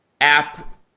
app